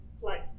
flight